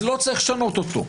אז לא צריך לשנות אותו.